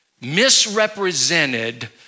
misrepresented